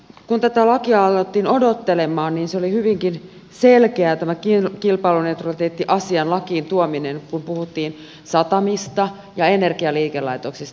kun tätä lakia alettiin odottelemaan oli hyvinkin selkeä tämä kilpailuneutraliteettiasian lakiin tuominen kun puhuttiin satamista ja energialiikelaitoksista